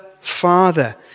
Father